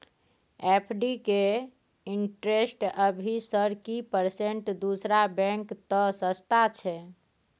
FD के interest अभी sir की परसेंट दूसरा बैंक त सस्ता छः?